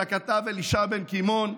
של הכתב אלישע בן קימון,